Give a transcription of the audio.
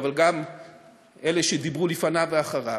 אבל גם אלה שדיברו לפניו ואחריו,